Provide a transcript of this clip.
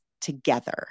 together